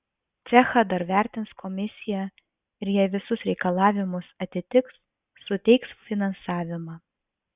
cechą dar vertins komisija ir jei visus reikalavimus atitiks suteiks finansavimą